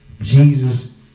Jesus